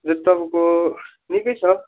तपाईँको निक्कै छ